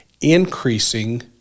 increasing